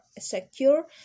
secure